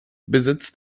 besitzt